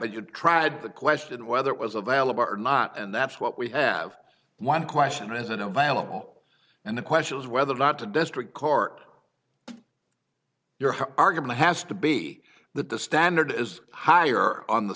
but you tried to question whether it was a valid are not and that's what we have one question isn't available and the question is whether or not to district court your argument has to be that the standard is higher on the